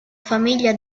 famiglia